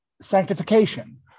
sanctification